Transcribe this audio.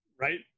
Right